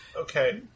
Okay